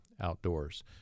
outdoors